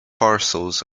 parcels